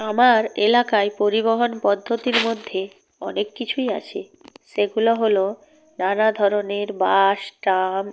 আমার এলাকায় পরিবহণ পদ্ধতির মধ্যে অনেক কিছুই আছে সেগুলো হল নানা ধরনের বাস ট্রাম